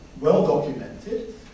well-documented